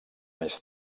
més